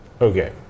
Okay